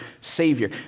savior